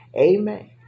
Amen